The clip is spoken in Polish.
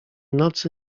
nocy